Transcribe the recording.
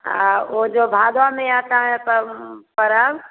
और वो जो भादों में आता है पर्व